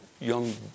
young